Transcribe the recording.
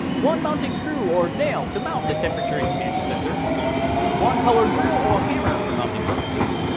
one mounting screw or nail to mount the temperature and humidity sensor one power-drill or hammer for mounting purposes